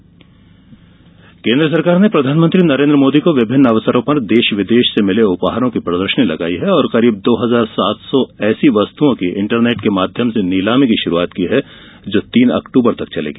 उपहार नीलामी केंद्र सरकार ने प्रधानमंत्री नरेन्द्र मोदी को विभिन्न अवसरों पर देश विदेश से मिले उपहारों की प्रदर्शनी लगायी है और करीब दो हजार सात सौ ऐसी वस्तुओं की इंटरनेट के माध्यम से नीलामी की श्रुआत की है जो तीन अक्टूबर तक चलेगी